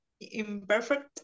imperfect